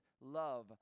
love